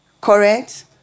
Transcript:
Correct